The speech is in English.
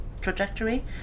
trajectory